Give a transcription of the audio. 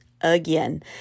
again